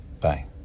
Bye